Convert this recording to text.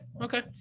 Okay